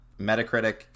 Metacritic